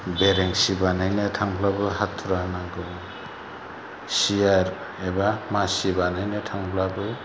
बेरेंसि बानायनायनो थांब्लाबो हाथुरा नांगौ सियार एबा मासि बानायनो थांब्लाबो